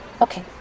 Okay